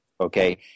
okay